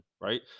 right